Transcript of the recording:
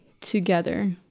together